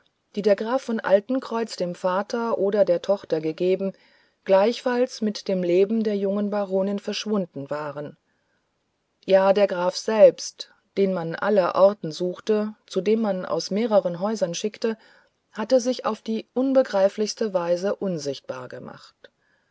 die der graf von altenkreuz dem vater oder der tochter gegeben zugleich mit dem leben der jungen baronin verschwunden waren ja der graf selbst den man aller orten suchte zu dem man aus mehreren häusern schickte hatte sich auf die unbegreiflichste weise unsichtbar gemacht